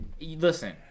Listen